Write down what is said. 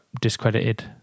discredited